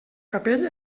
capell